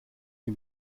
sie